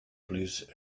blues